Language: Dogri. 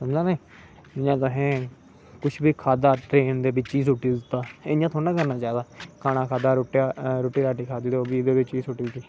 जियां तुसें किश बी खाद्धा ट्रेन दे बिच उसी सुट्टी दित्ता इयां थोह्ड़ी ना करना चाहिदा खाना खाद्धा रोटी राटी खाद्धी ओह् बी एहदे बिच गै सुट्टी ओड़ी